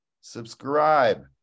subscribe